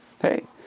hey